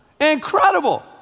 Incredible